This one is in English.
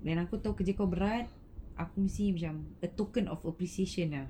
then aku tahu kerja kau berat aku mesti macam a token of appreciation ah